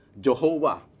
Jehovah